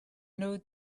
knows